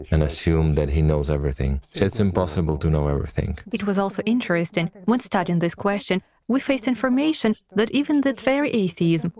and assume that he knows everything. it's impossible to know everything. t it was also interesting, when studying this question we faced information that even that very atheism,